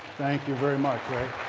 thank you very much, ray.